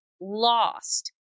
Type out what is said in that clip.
lost